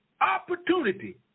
opportunity